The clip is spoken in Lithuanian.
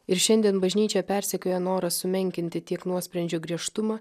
ir šiandien bažnyčią persekioja noras sumenkinti tiek nuosprendžio griežtumą